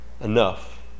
enough